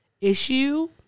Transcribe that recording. issue